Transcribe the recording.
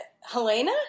Helena